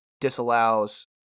disallows